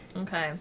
Okay